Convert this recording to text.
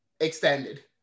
Extended